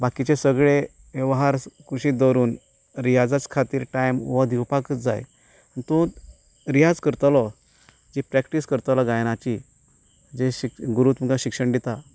बाकीचे सगले वेव्हार कुशीक दवरून रियाजाच खातीरच टायम हो दिवपाकच जाय तूं रियाज करतलो जी प्रॅक्टीस करतलो गायनाची जें गुरू तुमकां शिक्षण दिता